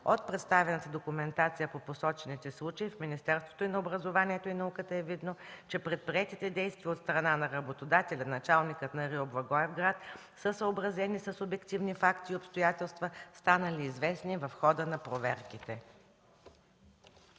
От представената документация по посочените случаи в Министерство на образованието и науката е видно, че предприетите действия от страна на работодателя – началникът на РИО в Благоевград, са съобразени с обективни факти и обстоятелства, станали известни в хода на проверките.